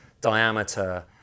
diameter